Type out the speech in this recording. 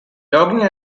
logging